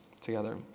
together